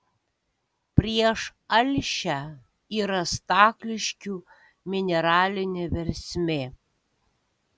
prieš alšią yra stakliškių mineralinė versmė